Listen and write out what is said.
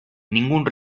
ningún